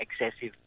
excessive